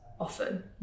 often